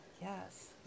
Yes